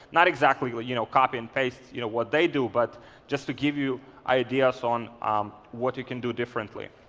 not exactly you know copy and paste you know what they do, but just to give you ideas on um what you can do differently.